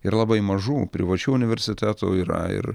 ir labai mažų privačių universitetų yra ir